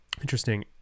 Interesting